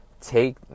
take